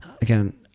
again